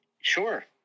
sure